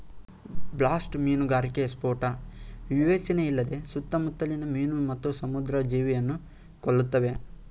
blast ಮೀನುಗಾರಿಕೆ ಸ್ಫೋಟ ವಿವೇಚನೆಯಿಲ್ಲದೆ ಸುತ್ತಮುತ್ಲಿನ ಮೀನು ಮತ್ತು ಸಮುದ್ರ ಜೀವಿಯನ್ನು ಕೊಲ್ತವೆ